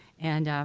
and, um,